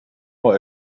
wel